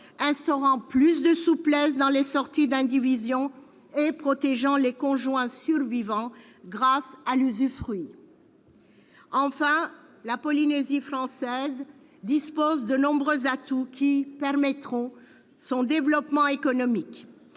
instaurent plus de souplesse dans les sorties d'indivision et protègent les conjoints survivants grâce à l'usufruit. Enfin, la Polynésie française dispose de nombreux atouts qui permettront son développement économique.